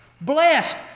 Blessed